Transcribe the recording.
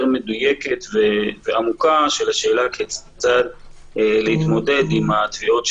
מדויקת ועמוקה של השאלה כיצד להתמודד עם התביעות.